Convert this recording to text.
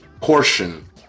portion